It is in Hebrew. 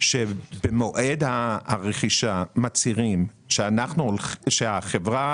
שבמועד הרכישה מצהירים שהחברה